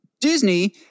Disney